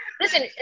listen